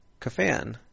Kafan